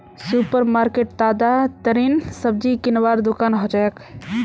super market ताजातरीन सब्जी किनवार दुकान हछेक